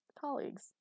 Colleagues